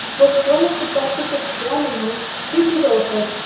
was one of the duchess of jerningham's pretty daughters,